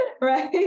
right